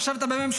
עכשיו אתה בממשלה,